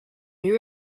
new